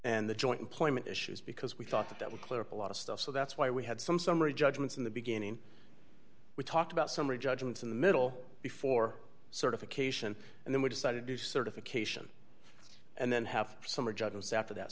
and the joint employment issues because we thought that that would clear up a lot of stuff so that's why we had some summary judgments in the beginning we talked about summary judgment in the middle before certification and then we decided to certification and then have summer judgments after that